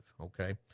okay